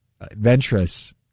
adventurous